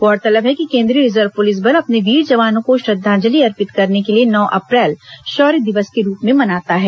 गौरतलब है कि केन्द्रीय रिजर्व पुलिस बल अपने वीर जवानों को श्रद्धांजलि अर्पित करने के लिए नौ अप्रैल शौर्य दिवस के रूप में मनाता है